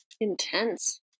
Intense